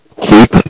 Keep